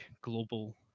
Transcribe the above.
global